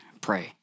pray